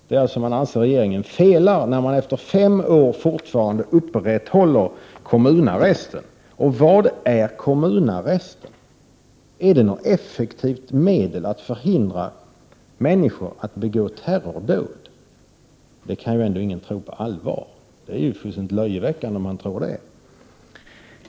Man anser att regeringen felar när man efter fem år fortfarande upprätthåller kommunaresten. Vad är kommunarresten? Är den ett effektivt medel att hindra människor från att begå terrordåd? Det kan ändå ingen tro på allvar. Det är ju fullständigt löjeväckande om man tror det.